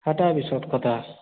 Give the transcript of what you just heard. ହେଟା ବି ସତ୍ କଥା